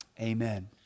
amen